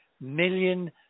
million